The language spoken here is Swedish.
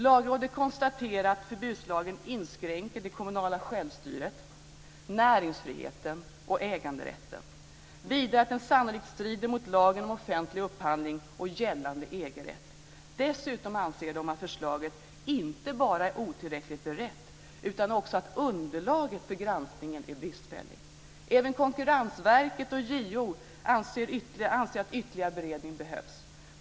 Lagrådet konstaterar att förbudslagen inskränker det kommunala självstyret, näringsfriheten och äganderätten, vidare att den sannolikt striden mot lagen om offentlig upphandling och gällande EG-rätt. Dessutom anser de att förslaget inte bara är otillräckligt berett utan också att underlaget för granskningen är bristfälligt. Även Konkurrensverket och JO anser att ytterligare beredning behövs.